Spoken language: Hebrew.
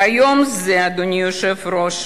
ביום זה, אדוני היושב-ראש,